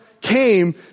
Came